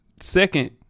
second